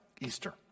Easter